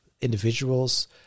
individuals